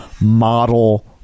model